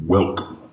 Welcome